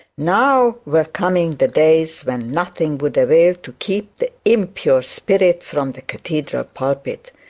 now were coming the days when nothing would avail to keep the impure spirit from the cathedral pulpit.